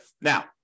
Now